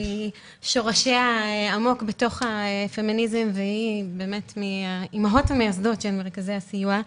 ששורשיה עמוק בתוך הפמיניזם והיא מהאימהות המייסדות של מרכזי הסיוע.